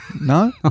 No